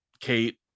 Kate